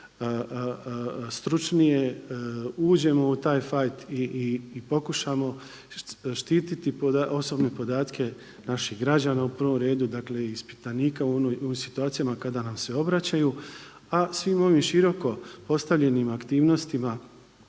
stručnije uđemo u taj fight i pokušamo štiti osobne podatke naših građana uprvom redu i ispitanika u situacijama kada nam se obraćaju. A svim ovim široko postavljenim aktivnostima,